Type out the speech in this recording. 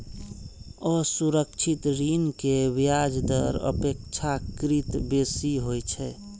असुरक्षित ऋण के ब्याज दर अपेक्षाकृत बेसी होइ छै